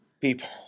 people